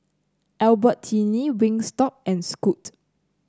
Albertini Wingstop and Scoot